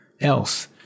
else